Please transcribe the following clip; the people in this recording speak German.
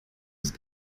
ist